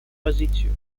позицию